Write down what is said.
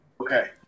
Okay